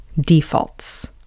defaults